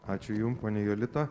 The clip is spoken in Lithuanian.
ačiū jum ponia jolita